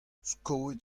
skoet